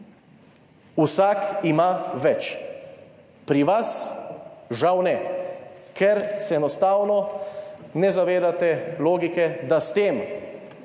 vsak ima več. Pri vas žal ne, ker se enostavno ne zavedate logike, da ko boste